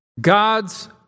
God's